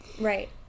right